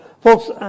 Folks